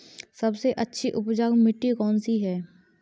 सबसे अच्छी उपजाऊ मिट्टी कौन सी है?